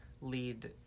lead